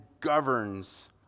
governs